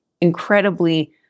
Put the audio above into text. incredibly